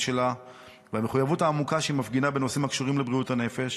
שלה ועל המחויבות העמוקה שהיא מפגינה בנושאים הקשורים לבריאות הנפש.